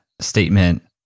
statement